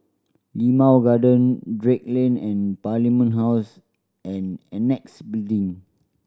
Limau Garden Drake Lane and Parliament House and Annexe Building